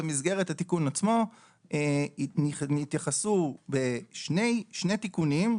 במסגרת התיקון עצמו נכנסו שני תיקונים,